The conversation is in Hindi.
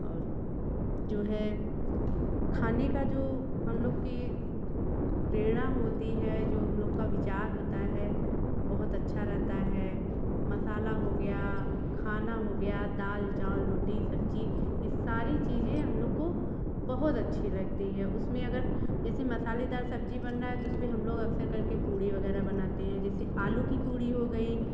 और जो है खाने का जो हम लोग की प्रेरणा होती है जो हम लोग का विचार होता है बहुत अच्छा रहता है मसाला हो गया खाना हो गया दाल चावल रोटी सब्जी ये सारी चीजें हम लोग को बहुत अच्छी लगती है उसमें अगर जैसे मसालेदार सब्ज़ी बन रहा है तो उसमें अक्सर कर के हम लोग पूरी वग़ैरह बनाते हैं जैसे आलू की पूरी हो गई